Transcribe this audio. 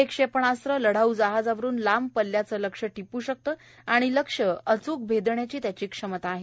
हे क्षेपणास्त्र लढाऊ जहाजावरून लांब पल्ल्याचं लक्ष्य टिपू शकतं आणि लक्ष्य अचूक भेदायची त्याची क्षमता आहे